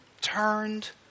turned